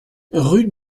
rue